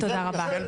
תודה רבה.